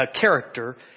character